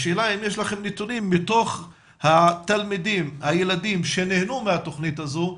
השאלה אם יש לכם נתונים של הילדים שנהנו מהתכנית הזאת,